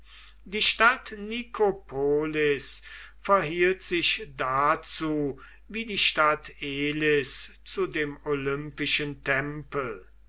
die stadt nikopolis verhielt sich dazu wie die stadt elis zu dem olympischen tempel